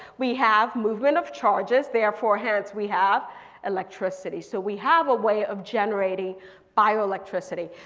we have movement of charges therefore hence we have electricity. so we have a way of generating bio electricity.